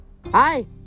Hi